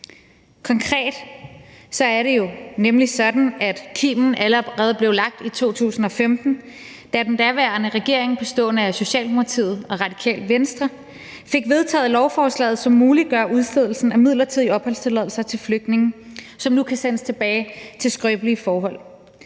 Konkret er det jo nemlig sådan, at kimen allerede blev lagt i 2015, da den daværende regering bestående af Socialdemokratiet og Radikale Venstre fik vedtaget lovforslaget, som muliggør udstedelsen af midlertidige opholdstilladelser til flygtninge, som nu kan sendes tilbage til skrøbelige forhold.